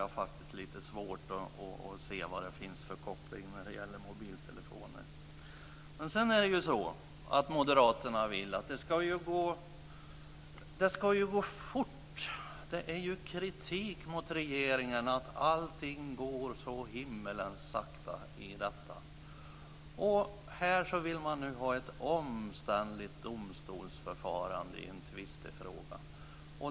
Jag har faktiskt lite svårt att se vad det finns för koppling till frågan om mobiltelefoner. Moderaterna vill att det ska gå fort. Det kommer kritik mot regeringen som går ut på att allting går så himmelens sakta på detta område. Här vill man nu ha ett omständligt domstolsförfarande i en tvistefråga.